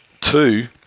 Two